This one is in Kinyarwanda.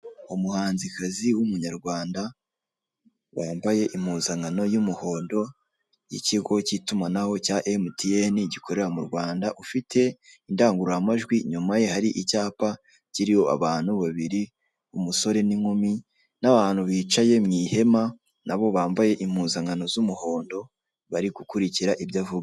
umuhanzi kazi w'umunyarwanda, wambaye impuzankano yumuhondo y'ikigo cya MTN gikorera mu Rwanda, ufite indangururamajwi. Inyuma ye hari icyapa cyiriho abantu babiri: umusore n'inkumi nabantu bicaye mwihema nabo bambaye impuzankano z'umuhondo bari gukurikira ibyo avuga.